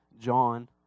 John